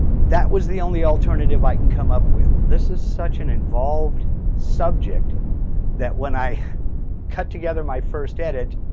that was the only alternative i could come up with. this is such an involved subject that when i cut together my first edit.